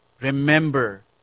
Remember